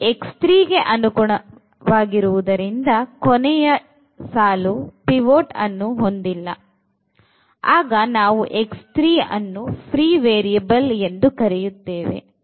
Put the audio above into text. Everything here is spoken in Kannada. ಇದು ಗೆ ಅನುಗುಣವಾಗಿರುವುದರಿಂದ ಕೊನೆಯ ಪಿವೋಟನ್ನು ಹೊಂದಿಲ್ಲ ಆಗ ನಾವು ಅನ್ನು ಫ್ರೀ ವೇರಿಯಬಲ್ ಎಂದು ಕರೆಯುತ್ತೇವೆ